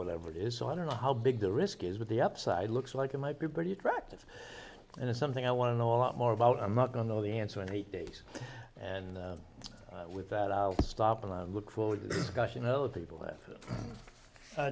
whatever it is so i don't know how big the risk is but the upside looks like it might be pretty attractive and it's something i want to know a lot more about i'm not going to know the answer in eight days and with that i'll stop and i look forward to discussing oh the people that